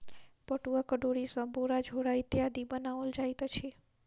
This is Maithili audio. पटुआक डोरी सॅ बोरा झोरा इत्यादि बनाओल जाइत अछि